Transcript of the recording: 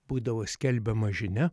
būdavo skelbiama žinia